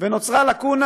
נוצרה לקונה